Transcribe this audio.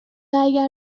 اگر